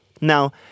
Now